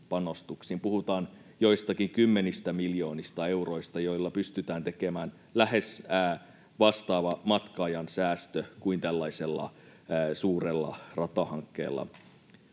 Puhutaan joistakin kymmenistä miljoonista euroista, joilla pystytään tekemään lähes vastaava matka-ajan säästö kuin tällaisella suurella ratahankkeella